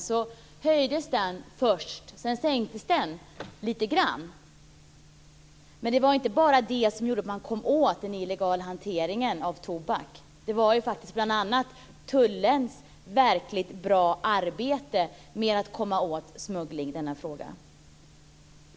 Den höjdes först, och sedan sänktes den lite grann. Men det var inte bara det som gjorde att man kom åt den illegala hanteringen av tobak. Det åstadkoms bl.a. genom tullens verkligt goda arbete för att komma åt smugglingen.